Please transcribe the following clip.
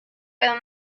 pero